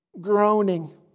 groaning